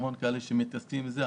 עם המון אנשים שמתעסקים בזה.